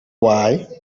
why